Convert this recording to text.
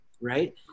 right